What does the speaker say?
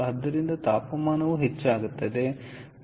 ಆದ್ದರಿಂದ ತಾಪಮಾನವು ಹೆಚ್ಚಾಗುತ್ತದೆ